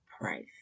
price